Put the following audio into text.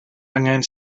angen